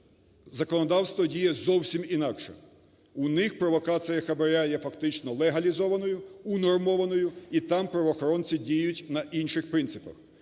законодавство діє зовсім інакше. У них провокація хабара є фактично легалізованою, унормованою і там правоохоронці діють на інших принципах.